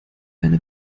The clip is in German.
eine